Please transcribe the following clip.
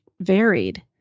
varied